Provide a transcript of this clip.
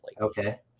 Okay